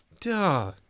duh